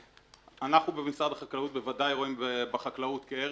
אנחנו במשרד החקלאות בוודאי רואים בחקלאות כערך.